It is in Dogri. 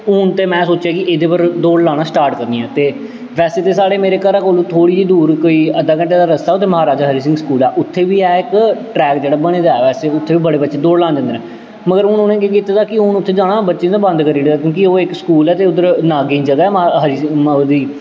हून ते में सोचेआ कि एह्दे पर दौड़ लाना स्टार्ट करनी ऐ ते वैसे ते साढ़े मेरे घरै कोला थोह्ड़ी जेही दूर कोई अद्धे घैंटे दा रस्ता उत्थै महाराजा हरि सिंह स्कूल ऐ उत्थै बी है इक ट्रैक जेह्ड़ा बने दा ऐ बैसे उत्थै बी बड़े बच्चे दौड़ लान जंदे न मगर हून उ'नें केह् कीते दा कि हून उत्थै बच्चें दा जाना बंद करी ओड़ेआ क्योंकि ओह् इक स्कूल ऐ ते उद्धर नागें दी ज'गा ऐ महाराज हरि सिंह ओह्दी